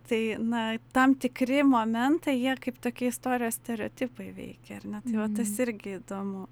tai na tam tikri momentai jie kaip tokie istorijos stereotipai veikia ar ne tai va tas irgi įdomu